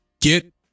get